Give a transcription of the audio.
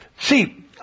See